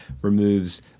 removes